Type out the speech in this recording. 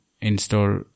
install